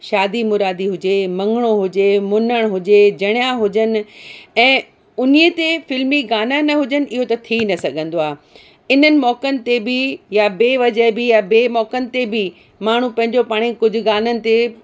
शादी मुरादी हुजे मङिणो हुजे मुञण हुजे जणिया हुजनि ऐं उन ई ते फिल्मी गाना न हुजनि इहो त थी न सघंदो आहे इन्हनि मौक़नि ते बि या ॿिए वजह बि या ॿिए मौक़नि ते बि माण्हू पंहिंजो पाण कुझु गाननि ते